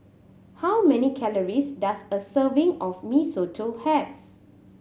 how many calories does a serving of Mee Soto have